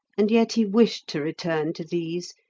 and yet he wished to return to these,